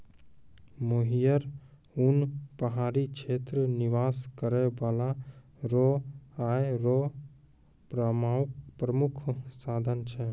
मोहियर उन पहाड़ी क्षेत्र निवास करै बाला रो आय रो प्रामुख साधन छै